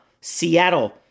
Seattle